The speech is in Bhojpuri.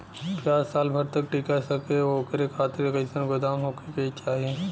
प्याज साल भर तक टीका सके ओकरे खातीर कइसन गोदाम होके के चाही?